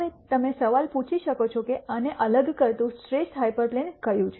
હવે તમે સવાલ પૂછી શકો છો કે આને અલગ કરતું શ્રેષ્ઠ હાઇપરપ્લેન કયું છે